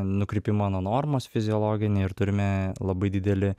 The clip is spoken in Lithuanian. nukrypimą nuo normos fiziologinį ir turime labai didelį